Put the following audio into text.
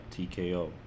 TKO